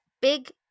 big